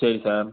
சரி சார்